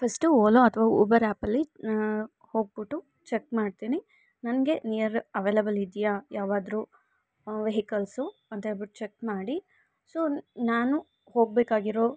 first Ola ಅಥ್ವಾ Uber ಆ್ಯಪಲ್ಲಿ ಹೋಗಿಬಿಟ್ಟು ಚಕ್ ಮಾಡ್ತೀನಿ ನನಗೆ ನಿಯರ್ ಅವೈಲೆಬಲ್ ಇದೆಯಾ ಯಾವಾದ್ರು ವೆಹಿಕಲ್ಸು ಅಂತೇಳ್ಬಿಟ್ಟು ಚಕ್ ಮಾಡಿ ಸೊ ನಾನು ಹೋಗಬೇಕಾಗಿರೋ